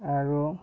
আৰু